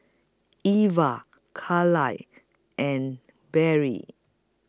Eva Caryl and Barry